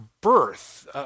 birth